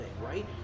right